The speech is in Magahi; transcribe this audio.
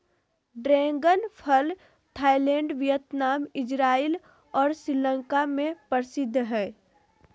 ड्रैगन फल थाईलैंड वियतनाम, इजराइल और श्रीलंका में प्रसिद्ध हइ